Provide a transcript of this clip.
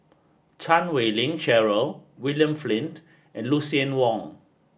Chan Wei Ling Cheryl William Flint and Lucien Wang